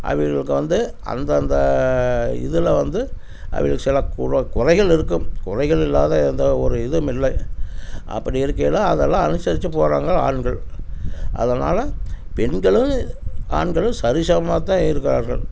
அவிர்களுக்கு வந்து அந்த அந்த இதில் வந்து அவிர்கள் சில குறை குறைகள் இருக்கும் குறைகள் இல்லாத எந்த ஒரு இதுவும் இல்லை அப்படி இருக்கையில் அதெல்லாம் அனுசரித்து போகிறாங்க ஆண்கள் அதனால் பெண்களும் ஆண்களும் சரி சமமாகத்தான் இருக்கிறார்கள்